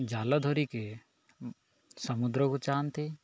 ଜାଲ ଧରିକି ସମୁଦ୍ରକୁ ଯାଆନ୍ତି